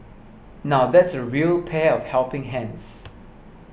now that's a real pair of helping hands